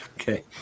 Okay